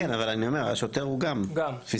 כן, אבל אני אומר השוטר הוא גם, תפיסתו.